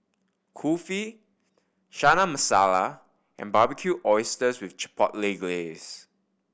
Kulfi Chana Masala and Barbecued Oysters with Chipotle Glaze